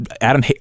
Adam